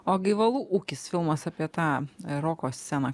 o gaivalų ūkis filmas apie tą roko sceną